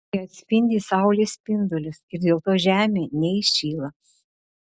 jie atspindi saulės spindulius ir dėl to žemė neįšyla